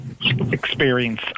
experience